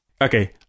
Okay